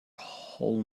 whole